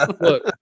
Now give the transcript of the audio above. Look